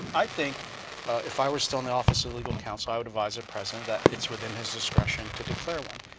i think if i were still in the office of legal counsel, i would advise the president that it's within his discretion to declare one.